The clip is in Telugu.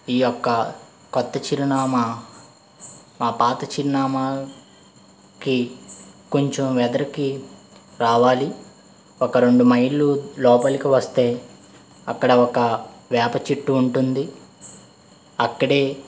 ఈ యొక్క కొత్త చిరునామా మా పాత చిరునామాకి కొంచెం వెతికి రావాలి ఒక రెండు మైళ్ళు లోపలికి వస్తే అక్కడ ఒక వేప చెట్టు ఉంటుంది అక్కడ